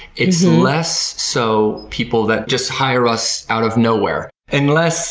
it's less so people that just hire us out of nowhere, unless